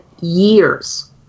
years